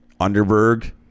underberg